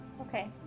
Okay